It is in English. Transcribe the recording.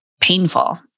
painful